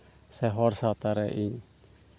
ᱥᱮ ᱦᱚᱲ ᱥᱟᱶᱛᱟ ᱨᱮ ᱤᱧ